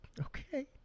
Okay